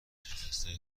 شکسته